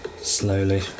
Slowly